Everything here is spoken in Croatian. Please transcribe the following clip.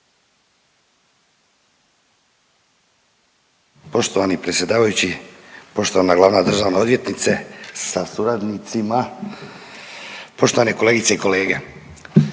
Poštovani predsjedavajući, poštovana glavna državna odvjetnice sa suradnicima, poštovane kolegice i kolege.